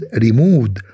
remove